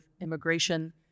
immigration